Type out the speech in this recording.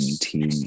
team